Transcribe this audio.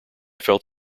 felt